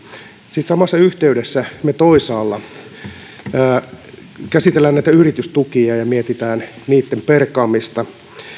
sitten samassa yhteydessä me toisaalla käsittelemme yritystukia ja ja mietimme niitten perkaamista